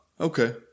okay